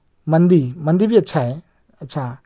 مندی مندی بھی اچھا ہے اچھا